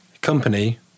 company